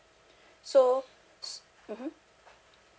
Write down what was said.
so s~ mmhmm